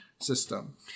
system